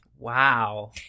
Wow